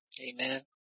Amen